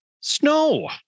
Snow